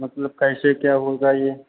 मतलब कैसे क्या होगा यह